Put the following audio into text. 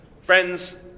Friends